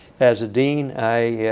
as a dean, i